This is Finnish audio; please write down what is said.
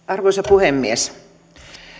arvoisa puhemies